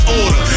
order